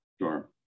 Sure